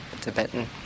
Tibetan